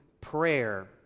prayer